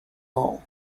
all